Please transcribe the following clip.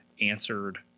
answered